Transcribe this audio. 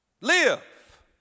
Live